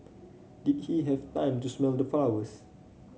did he have time to smell the flowers